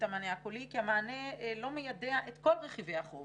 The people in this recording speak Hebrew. המענה הקולי כי המענה לא מיידע את כל רכיבי החוב